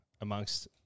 amongst